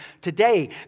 today